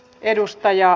edustaja